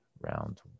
round